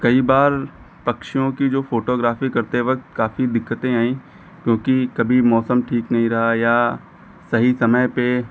कई बार पक्षियों की जो फ़ोटोग्राफी करते वक्त काफी दिक्कतें आईं क्योंकि कभी मौसम ठीक नहीं रहा या सही समय पर